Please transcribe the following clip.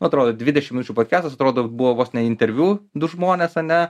atrodo dvidešim minučių podkestas atrodo buvo vos ne interviu du žmonės ane